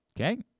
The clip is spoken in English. Okay